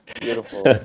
Beautiful